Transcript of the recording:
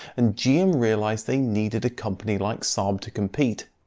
and gm realised they needed a company like saab to compete.